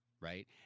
right